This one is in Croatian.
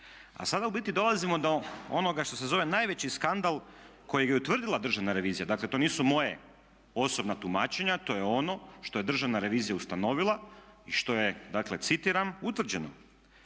A sada u biti dolazimo do onoga što se zove najveći skandal kojeg je utvrdila Državna revizija, dakle to nisu moja osobna tumačenja, to je ono što je Državna revizija ustanovila i što je citiram utvrđeno.